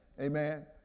amen